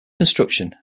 construction